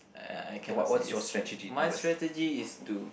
uh I cannot say is str~ my strategy is to